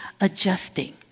adjusting